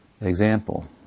example